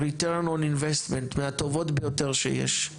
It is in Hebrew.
return of investment מהטובות ביותר שיש.